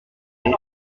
vins